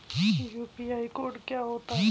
UPI code क्या होता है?